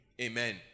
Amen